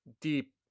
deep